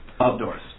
outdoors